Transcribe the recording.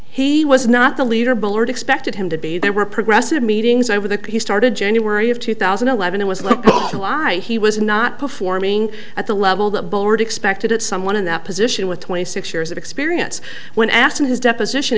he was not the leader bullard expected him to be there were progressive meetings over the he started january of two thousand and eleven i was looking to why he was not performing at the level the board expected at someone in that position with twenty six years of experience when asked in his deposition